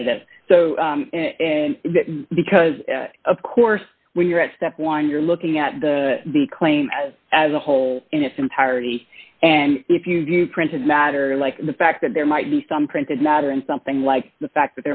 offended at that because of course when you're at step one you're looking at the the claim as as a whole in its entirety and if you view printed matter like the fact that there might be some printed matter and something like the fact